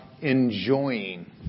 enjoying